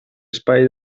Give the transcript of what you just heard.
espai